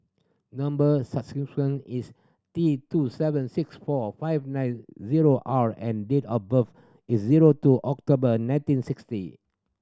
number is T two seven six four five nine zero R and date of birth is zero two October nineteen sixty